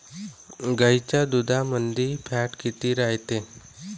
गाईच्या दुधामंदी फॅट किती रायते?